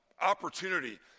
opportunity